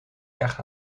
echt